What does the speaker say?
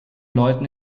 läuten